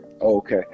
Okay